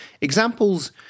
Examples